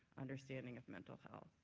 understanding of mental health.